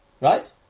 Right